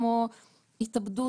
כמו התאבדות,